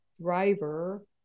driver